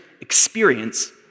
experience